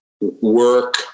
work